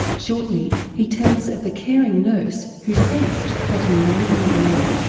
shortly he tells of the caring nurse who sensed that he may be aware.